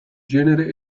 genere